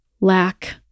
lack